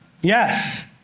Yes